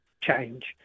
change